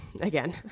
again